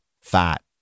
fat